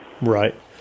Right